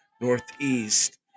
northeast